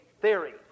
theory